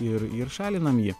ir ir šalinam jį